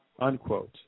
unquote